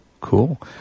Cool